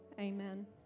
Amen